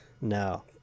No